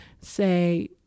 say